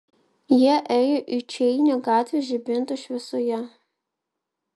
jie ėjo į čeinio gatvę žibintų šviesoje